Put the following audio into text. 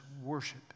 worship